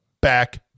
back